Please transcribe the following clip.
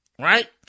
right